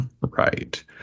right